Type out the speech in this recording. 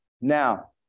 Now